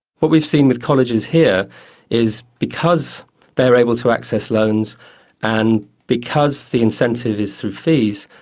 what we've seen with colleges here is because they are able to access loans and because the incentive is through fees,